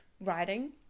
writing